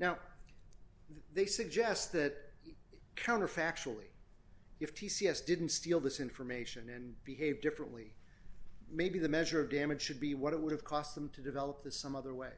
now they suggest that you counter factually if t c s didn't steal this information and behave differently maybe the measure of damage should be what it would have cost them to develop the some other way